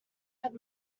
had